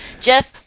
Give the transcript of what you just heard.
Jeff